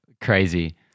Crazy